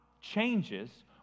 changes